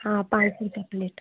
हाँ पाँच सौ रुपया प्लेट